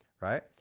right